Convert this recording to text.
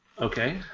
Okay